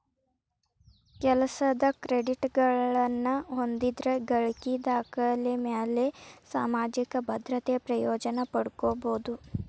ಕೆಲಸದ್ ಕ್ರೆಡಿಟ್ಗಳನ್ನ ಹೊಂದಿದ್ರ ಗಳಿಕಿ ದಾಖಲೆಮ್ಯಾಲೆ ಸಾಮಾಜಿಕ ಭದ್ರತೆ ಪ್ರಯೋಜನ ಪಡ್ಕೋಬೋದು